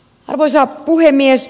arvoisa puhemies